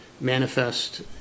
manifest